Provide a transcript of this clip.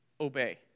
obey